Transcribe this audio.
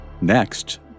Next